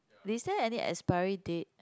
is there any expiry date